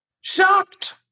shocked